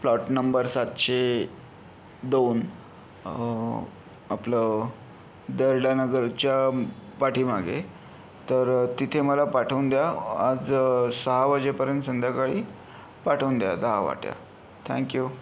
plot number सातशे दोन आपलं दर्डा नगरच्या पाठीमागे तर तिथे मला पाठवून द्या आज सहा वाजेपर्यंत संध्याकाळी पाठवून द्या दहा वाट्या थँक यू